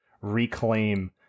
reclaim